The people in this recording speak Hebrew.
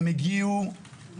הם הגיעו עם